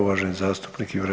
uvaženi zastupnik Jure